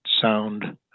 sound